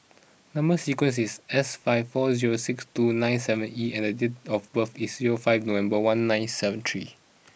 number sequence is S five four zero six two nine seven E and date of birth is zero five November one nine seven three